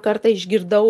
kartą išgirdau